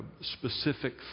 specific